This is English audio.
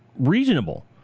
reasonable